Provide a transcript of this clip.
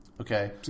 Okay